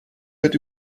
wird